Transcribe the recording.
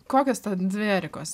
kokios dvi erikos